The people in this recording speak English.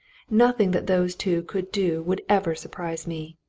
nothing that those two could do would ever surprise me.